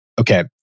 okay